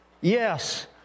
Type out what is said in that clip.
Yes